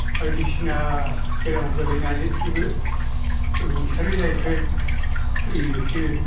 बायदिसिना बेरामाव गोग्लैनानैबो रुंसारि जायो फ्राय थैयो बिसोरो